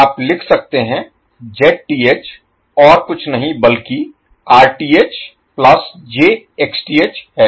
आप लिख सकते हैं Zth और कुछ नहीं बल्कि Rth plus j Xth है